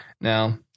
Now